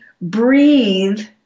breathe